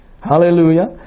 Hallelujah